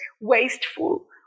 wasteful